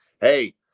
hey